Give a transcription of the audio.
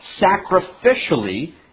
sacrificially